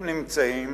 הם נמצאים